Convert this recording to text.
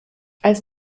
als